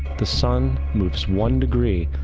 the sun moves one degree,